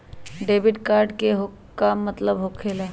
Debit card के का मतलब होकेला?